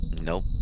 Nope